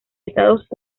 estados